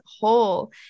whole